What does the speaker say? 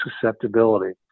susceptibility